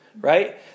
right